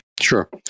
Sure